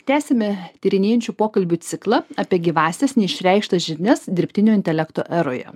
tęsime tyrinėjančių pokalbių ciklą apie gyvąsias neišreikštas žinias dirbtinio intelekto eroje